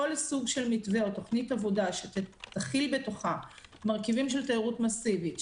כל סוג של מתווה או תכנית עבודה שתכיל בתוכה מרכיבים של תיירות מסיבית,